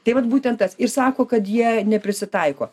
tai vat būtent tas ir sako kad jie neprisitaiko